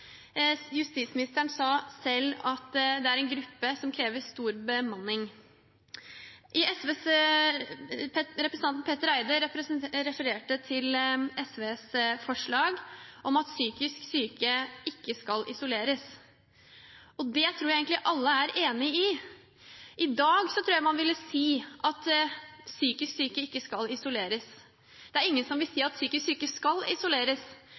om. Justisministeren sa selv at det er en gruppe som krever stor bemanning. Representanten Petter Eide refererte til SVs forslag om at psykisk syke ikke skal isoleres. Det tror jeg egentlig alle er enig i. I dag tror jeg man ville si at psykisk syke ikke skal isoleres. Det er ingen som vil si at psykisk syke skal isoleres.